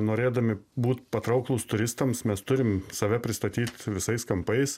norėdami būt patrauklūs turistams mes turim save pristatyt visais kampais